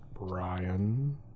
Brian